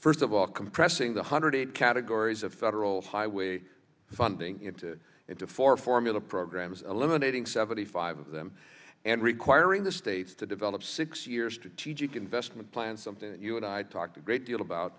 first of all compressing the hundred eight categories of federal highway funding into four formula programs eliminating seventy five of them and requiring the states to develop six years to teach you can vestment plan something you and i talked a great deal about